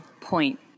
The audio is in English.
point